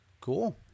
Cool